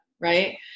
right